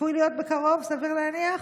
צפויה להיות בקרוב, סביר להניח.